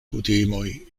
kutimoj